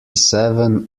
seven